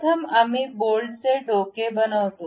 प्रथम आम्ही बोल्टचे डोके बनवतो